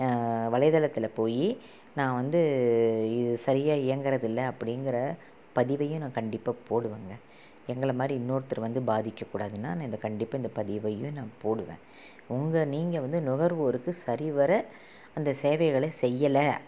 வலைத்தளத்தில் போய் நான் வந்து இது சரியாக இயங்கறதில்லை அப்படிங்கிற பதிவையும் நான் கண்டிப்பாக போடுவேங்க எங்களை மாதிரி இன்னொருத்தர் வந்து பாதிக்கக்கூடாதுன்னால் நான் இதை கண்டிப்பாக இந்த பதிவையும் நான் போடுவேன் உங்க நீங்கள் வந்து நுகர்வோருக்கு சரிவர அந்த சேவைகளை செய்யலை